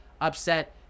upset